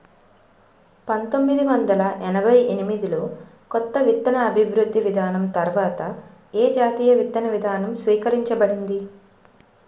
పంతోమ్మిది వందల ఎనభై ఎనిమిది లో కొత్త విత్తన అభివృద్ధి విధానం తర్వాత ఏ జాతీయ విత్తన విధానం స్వీకరించబడింది?